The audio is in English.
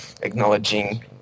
acknowledging